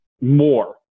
more